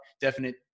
Definite